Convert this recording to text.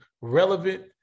relevant